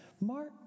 Mark